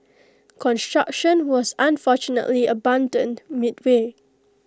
construction was unfortunately abandoned midway